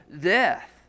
death